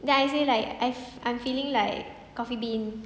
then I say like I've I'm feeling like Coffee Bean